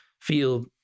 feel